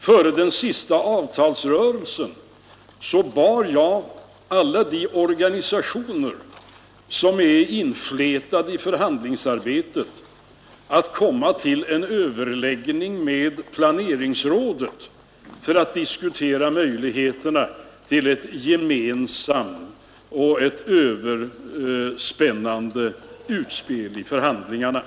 Före den senaste avtalsrörelsen bad jag t.ex. alla de organisationer som är inflätade i förhandlingsarbetet att komma till en överläggning med planeringsrådet för att diskutera möjligheterna till ett gemensamt, överspännande utspel i förhandlingarna.